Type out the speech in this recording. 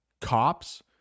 cops